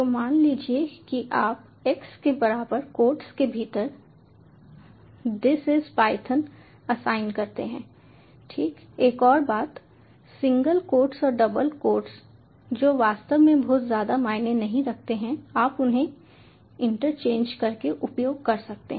तो मान लीजिए कि आप x के बराबर कोट्स के भीतर दिस इज पायथन असाइन करते हैं ठीक एक और बात सिंगल कोट्स और डबल कोट्स जो वास्तव में बहुत ज्यादा मायने नहीं रखते हैं आप उन्हें इंटरचेंज करके उपयोग कर सकते हैं